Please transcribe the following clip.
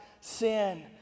sin